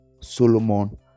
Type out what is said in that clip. solomon